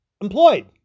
employed